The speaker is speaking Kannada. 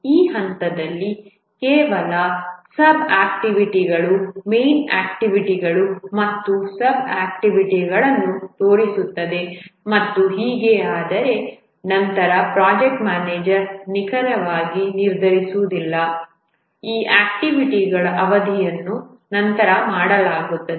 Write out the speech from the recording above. ಈ ಹಂತದಲ್ಲಿ ಕೇವಲ ಸಬ್ ಆಕ್ಟಿವಿಟಿಗಳು ಮೇನ್ ಆಕ್ಟಿವಿಟಿಗಳು ಮತ್ತು ಸಬ್ ಆಕ್ಟಿವಿಟಿಗಳನ್ನು ತೋರಿಸುತ್ತದೆ ಮತ್ತು ಹೀಗೆ ಆದರೆ ನಂತರ ಪ್ರಾಜೆಕ್ಟ್ ಮ್ಯಾನೇಜರ್ ನಿಖರವಾಗಿ ನಿರ್ಧರಿಸುವುದಿಲ್ಲ ಈ ಆಕ್ಟಿವಿಟಿಗಳ ಅವಧಿಯನ್ನು ನಂತರ ಮಾಡಲಾಗುತ್ತದೆ